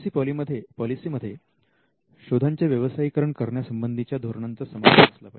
I P पॉलिसीमध्ये शोधांचे व्यवसायीकरण करण्यासंबंधीच्या धोरणांचा समावेश असला पाहिजे